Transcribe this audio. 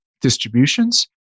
distributions